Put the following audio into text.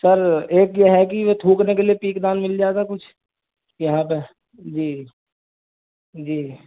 سر ایک یہ ہے کہ وہ تھوکنے کے لیے پیک دان مل جائے گا کچھ یہاں پہ جی جی